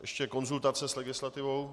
Ještě konzultace s legislativou.